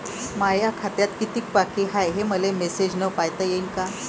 माया खात्यात कितीक बाकी हाय, हे मले मेसेजन पायता येईन का?